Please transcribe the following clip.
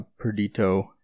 Perdito